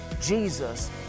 Jesus